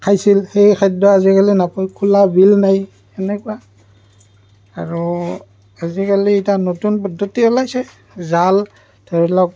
খাইছিল সেই খাদ্য আজিকালি নাপায় খোলা বিল নাই সেনেকুৱা আৰু আজিকালি এটা নতুন পদ্ধতি ওলাইছে জাল ধৰি লওক